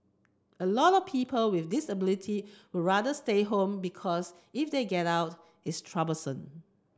a lot of people with disability would rather stay home because if they get out it's troublesome